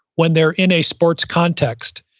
when they're in a sports context.